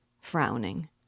frowning